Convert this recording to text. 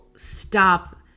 stop